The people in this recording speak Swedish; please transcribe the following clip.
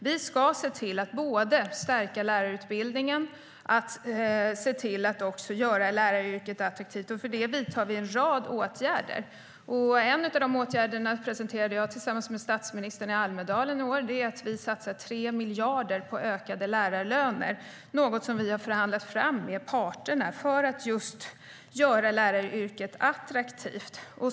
Vi ska se till att både stärka lärarutbildningen och göra läraryrket attraktivt, och för detta vidtar vi en rad åtgärder. En av dessa åtgärder presenterade jag tillsammans med statsministern i Almedalen i år, nämligen att vi satsar 3 miljarder på ökade lärarlöner - vilket vi har förhandlat fram med parterna - för att göra läraryrket attraktivt.